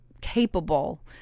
capable